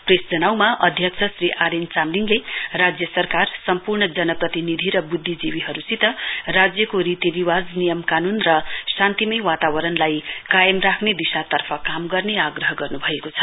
press जनाउमा अध्यक्ष Shri R N चामलिङले राज्य सरकारसम्पूर्ण जनप्रतिनिधि र वुद्धिजीविहरुसित राज्यको रीतिरिवाज नियम कानून र शान्तिमय वातावरणलाई कायम राख्ने दिशातर्फ काम गर्ने आग्रह गर्नुभएको छ